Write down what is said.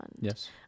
yes